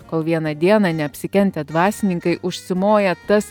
kol vieną dieną neapsikentę dvasininkai užsimoja tas